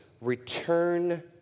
return